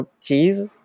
cheese